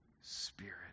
Spirit